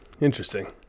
Interesting